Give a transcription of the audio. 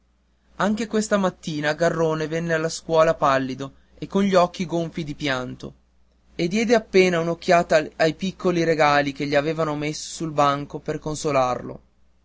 anche questa mattina garrone venne alla scuola pallido e con gli occhi gonfi di pianto e diede appena un'occhiata ai piccoli regali che gli avevamo messi sul banco per consolarlo